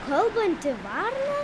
kalbanti varna